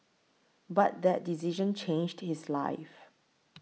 but that decision changed his life